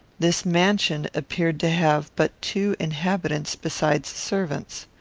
this mansion appeared to have but two inhabitants besides servants.